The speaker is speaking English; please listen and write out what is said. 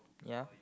ya